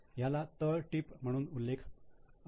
याचा तळटीप म्हणून उल्लेख असावा